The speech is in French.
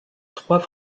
trois